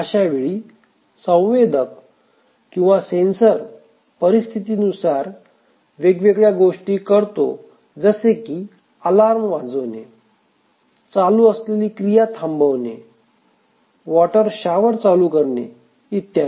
अशावेळी संवेदक किंवा सेंसर परिस्थितीनुसार वेगवेगळ्या गोष्टी करतो जसे की अलार्म वाजवणे चालू असलेली क्रिया थांबवणे वॉटर शॉवर चालू करणे इत्यादी